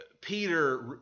Peter